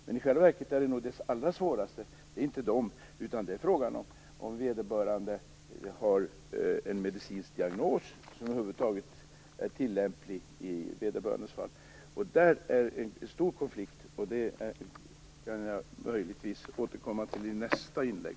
Men i själva verket är det nog inte de som är det allra svåraste, utan det är frågan om huruvida vederbörande har en medicinsk diagnos som över huvud taget är tillämplig i vederbörandes fall. Där finns det en stor konflikt, och det kan jag möjligtvis återkomma till i nästa inlägg.